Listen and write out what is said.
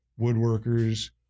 woodworkers